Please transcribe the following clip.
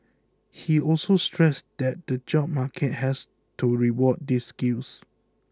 he also stressed that the job market has to reward these skills